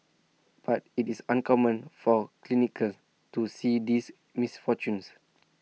but IT is uncommon for clinicians to see these misfortunes